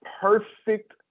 perfect